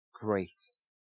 grace